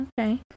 Okay